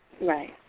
Right